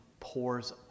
pours